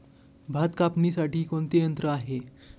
भात कापणीसाठी कोणते यंत्र आहे?